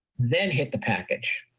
then hit the package.